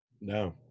No